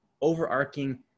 overarching